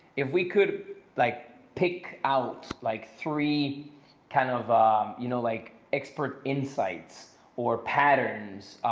if we could like pick out like three kind of you know like expert insights or patterns